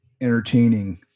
entertaining